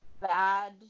bad